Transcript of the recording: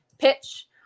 pitch